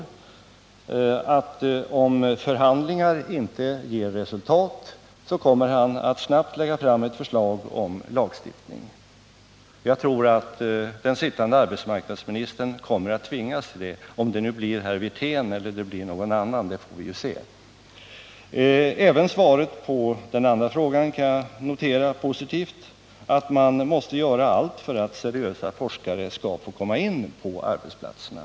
Det ena svaret var att om förhandlingar inte ger resultat kommer han att snabbt lägga fram ett förslag till lagstiftning. Jag tror att den sittande arbetsmarknadsministern kommer att tvingas till det om det nu blir herr Wirtén eller någon annan får vi se. Även svaret på den andra frågan kan jag notera såsom positivt — att man måste göra allt för att seriösa forskare skall få komma in på arbetsplatserna.